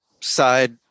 side